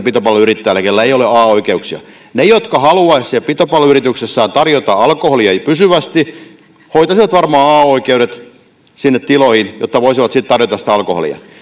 pitopalveluyrittäjälle jolla ei ole a oikeuksia ja ruvetaan siellä nauttimaan niitä ne jotka haluaisivat siellä pitopalveluyrityksessään tarjota alkoholia pysyvästi hoitaisivat varmaan a oikeudet sinne tiloihin jotta voisivat sitten tarjota sitä alkoholia